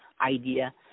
idea